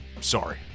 Sorry